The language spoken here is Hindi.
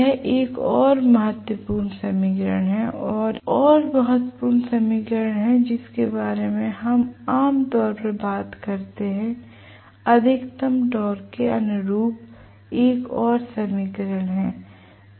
यह एक और महत्वपूर्ण समीकरण है और एक और महत्वपूर्ण समीकरण है जिसके बारे में हम आम तौर पर बात करते हैं अधिकतम टॉर्क के अनुरूप एक और समीकरण है